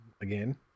again